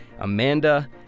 Amanda